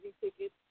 tickets